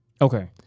Okay